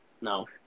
no